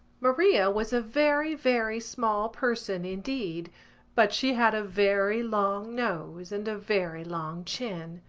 maria was a very, very small person indeed but she had a very long nose and a very long chin.